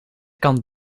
kan